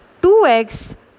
2x